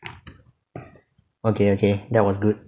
okay okay that was good